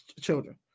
children